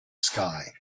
sky